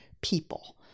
people